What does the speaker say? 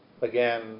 again